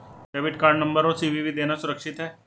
Debit card number और CVV देना सुरक्षित है?